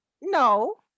no